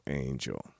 angel